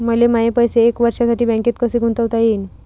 मले माये पैसे एक वर्षासाठी बँकेत कसे गुंतवता येईन?